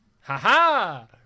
Ha-ha